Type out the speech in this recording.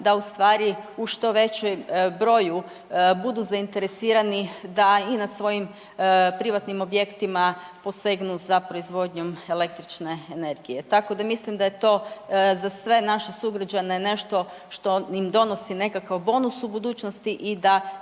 da u stvari u što većem broju budu zainteresirani da i na svoji privatnim objektima posegnu za proizvodnjom električne energije. Tako da mislim da je to za sve naše sugrađane nešto što im donosi nekakav bonus u budućnosti i da